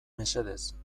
mesedez